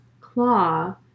claw